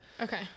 Okay